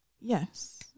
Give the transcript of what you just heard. Yes